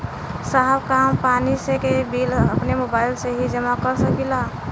साहब का हम पानी के बिल अपने मोबाइल से ही जमा कर सकेला?